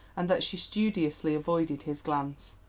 and that she studiously avoided his glance.